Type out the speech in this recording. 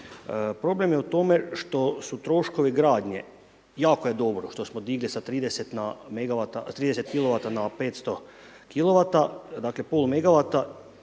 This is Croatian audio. Problem je u tome što su troškovi gradnje, jako je dobro što smo digli sa 30 kilovata na 500 kilovata, dakle, pola megawata,